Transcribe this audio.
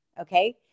okay